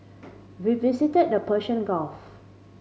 we visited the Persian Gulf